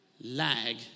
lag